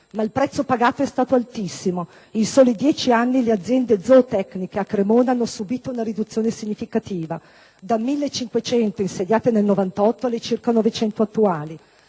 Ma il prezzo pagato è stato altissimo. In soli dieci anni le aziende zootecniche a Cremona hanno subito una riduzione significativa: da 1.500 insediate nel 1998, il numero